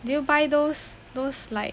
did you buy those those like